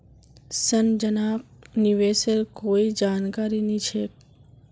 संजनाक निवेशेर कोई जानकारी नी छेक